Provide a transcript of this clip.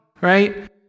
right